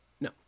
No